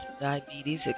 diabetes